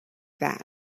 that